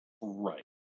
right